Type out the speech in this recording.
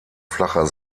flacher